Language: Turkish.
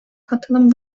katılım